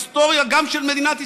ובהיסטוריה, גם של מדינת ישראל,